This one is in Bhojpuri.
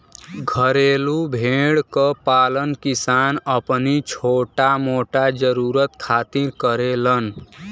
घरेलू भेड़ क पालन किसान अपनी छोटा मोटा जरुरत खातिर करेलन